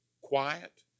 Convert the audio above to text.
quiet